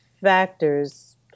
factors